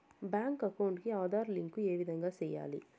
Bank account కి Aadhaar link ఏ విధంగా సెయ్యాలి?